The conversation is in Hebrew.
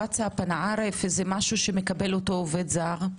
ווטסאפ, משהו שמקבל אותו עובד זר?